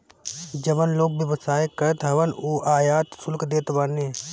जवन लोग व्यवसाय करत हवन उ आयात शुल्क देत बाने